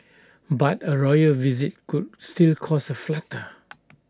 but A royal visit could still cause A flutter